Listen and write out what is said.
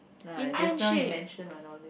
no just know you mention one all these